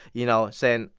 you know, saying,